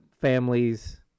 families